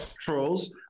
trolls